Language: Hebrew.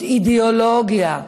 זו אידיאולוגיה.